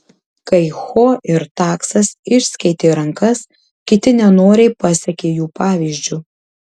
kai ho ir taksas išskėtė rankas kiti nenoriai pasekė jų pavyzdžiu